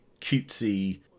cutesy